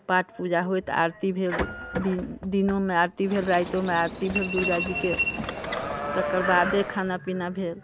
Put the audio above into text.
पाठ पूजा होइत आरती भेल दिन दिनोमे आरती भेल राइतोमे आरती भेल दुर्गाजीके तेकर बादे खाना पीना भेल